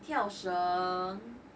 跳绳